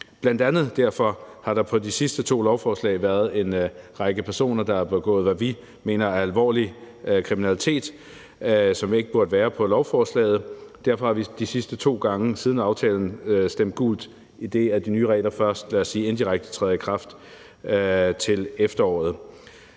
Bl.a. derfor har der på de sidste to lovforslag været en række personer, der har begået, hvad vi mener er alvorlig kriminalitet. De burde ikke være på lovforslaget. Derfor har vi de sidste to gange siden aftalen stemt gult, idet de nye regler først, lad os sige indirekte træder i kraft til efteråret.